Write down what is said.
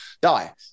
die